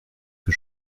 que